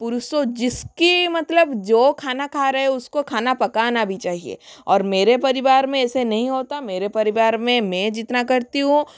पुरुषों जिसकी मतलब जो खाना खा रहा है उसको खाना पकाना भी चाहिए और मेरे परिवार में ऐसे नहीं होता मेरे परिवार में मैं जितना करती हूँ